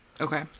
Okay